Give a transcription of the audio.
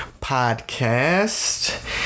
podcast